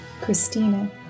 Christina